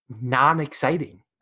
non-exciting